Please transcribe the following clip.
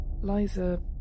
Liza